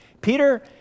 Peter